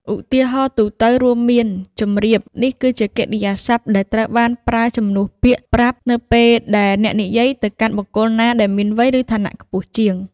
ឧទាហរណ៍ទូទៅរួមមាន ជម្រាប នេះជាកិរិយាសព្ទដែលត្រូវបានប្រើជំនួសពាក្យ ប្រាប់ នៅពេលដែលអ្នកនិយាយទៅកាន់បុគ្គលណាដែលមានវ័យ ឬឋានៈខ្ពស់ជាង។